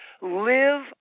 live